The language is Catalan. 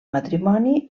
matrimoni